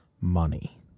money